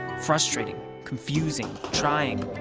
frustrating, confusing, trying,